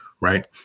Right